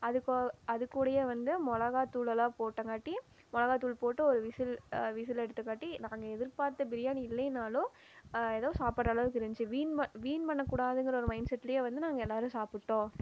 அதுக்கு அதுக்கூடேயே வந்து மிளகா தூளெலாம் போட்டங்காட்டியும் மிளகா தூள் போட்டு ஒரு விசில் விசில் எடுத்தகாட்டி நாங்கள் எதிர்ப்பார்த்த பிரியாணி இல்லைனாலும் ஏதோ சாப்பிடுற அளவுக்கு இருந்துச்சு வீண் வீண் பண்ணக்கூடாதுங்கிற ஒரு மைண்ட் செட்லேயே வந்து நாங்கள் எல்லாேரும் சாப்பிட்டோம்